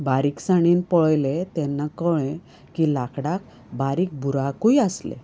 बारिकसाणेन पळयलें तेन्ना कळ्ळें की लाकडाक बारीक बुराकूय आसले